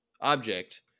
object